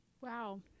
Wow